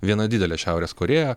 viena didelė šiaurės korėja